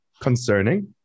concerning